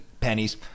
pennies